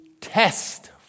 test